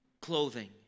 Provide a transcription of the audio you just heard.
Clothing